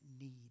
need